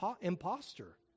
imposter